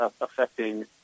affecting